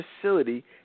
facility